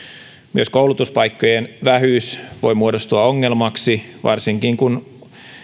myös koulutuspaikkojen vähyys voi muodostua ongelmaksi varsinkin kun